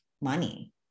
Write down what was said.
money